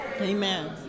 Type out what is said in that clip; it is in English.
Amen